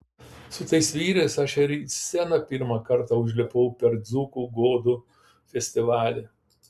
su tais vyrais aš ir į sceną pirmą kartą užlipau per dzūkų godų festivalį